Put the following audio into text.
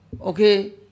Okay